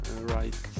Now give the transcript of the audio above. right